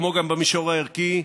כמו גם במישור הערכי,